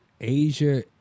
Asia